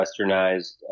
westernized